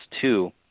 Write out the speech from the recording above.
two